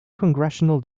congressional